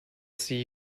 see